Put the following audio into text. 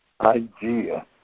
idea